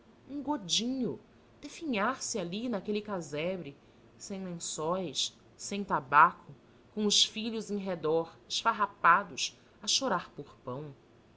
parente um godinho definhar se ali naquele casebre sem lençóis sem tabaco com os filhos em redor esfarrapados a chorar por pão